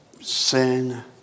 Sin